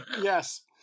Yes